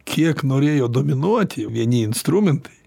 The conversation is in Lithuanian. kiek norėjo dominuoti vieni instrumentai